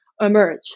emerge